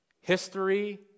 History